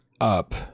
up